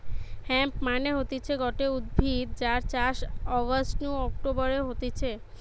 hemp মানে হতিছে গটে উদ্ভিদ যার চাষ অগাস্ট নু অক্টোবরে হতিছে